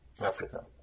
Africa